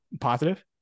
positive